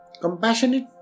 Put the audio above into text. Compassionate